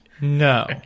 No